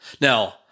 Now